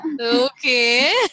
Okay